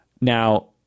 Now